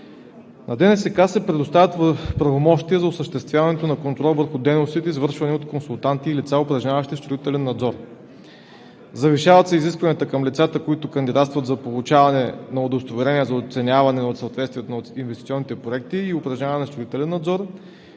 На ДНСК се предоставят правомощия за осъществяването на контрол върху дейностите, извършвани от консултанти, упражняващи строителен надзор. Завишават се изискванията към лицата, които кандидатстват за получаване на удостоверения за оценяване на съответствието на инвестиционните проекти и упражняване на строителен надзор,